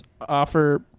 offer